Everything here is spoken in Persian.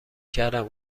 کردم